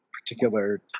particular